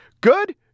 Good